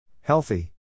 Healthy